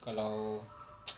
kalau